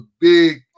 big